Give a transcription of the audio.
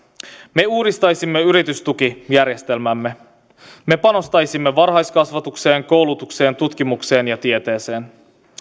me uudistaisimme yritystukijärjestelmämme me panostaisimme varhaiskasvatukseen koulutukseen tutkimukseen ja tieteeseen